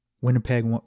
Winnipeg